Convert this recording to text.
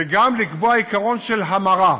וגם לקבוע עיקרון של המרה.